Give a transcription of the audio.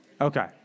Okay